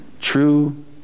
True